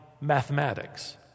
mathematics